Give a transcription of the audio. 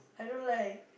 I don't like